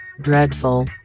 Dreadful